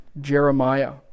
Jeremiah